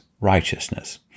righteousness